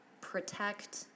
protect